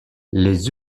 les